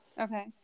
Okay